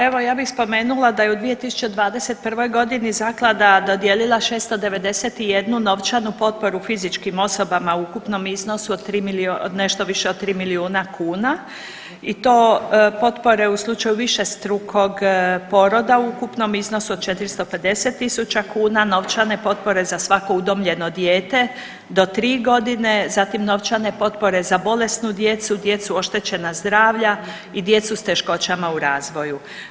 Evo ja bih spomenula da je u 2021. godini zaklada dodijelila 691 novčanu potporu fizičkim osobama u ukupnom iznosu od nešto više od tri milijuna kuna i to potpore u slučaju višestrukog poroda u ukupnom iznosu od 450 000 kuna, novčane potpore za svako udomljeno dijete do 3 godine, zatim novčane potpore za bolesnu djecu, djecu oštećenja zdravlja i djecu s teškoćama u razvoju.